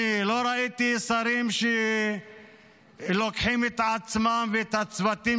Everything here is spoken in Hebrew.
אני לא ראיתי שרים שלוקחים את עצמם ואת הצוותים